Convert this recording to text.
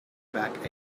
back